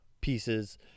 pieces